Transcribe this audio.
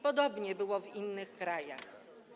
Podobnie było w innych krajach.